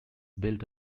built